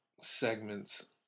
segments